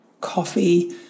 coffee